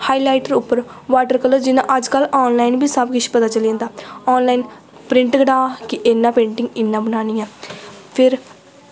high lighter उप्पर water colour जियां अज्जकल आनलाइन बी सब किश पता चली जंदा आनलाइन प्रिंट कड़ां कि इ'यां पेंटिंग इ'यां बनानी ऐ फिर